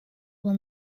won